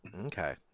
Okay